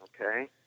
okay